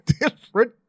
different